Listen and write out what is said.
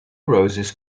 roses